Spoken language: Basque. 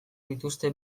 dituzte